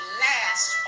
last